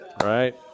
right